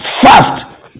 fast